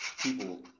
People